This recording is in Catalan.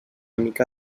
mica